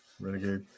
renegade